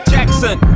Jackson